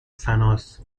فناس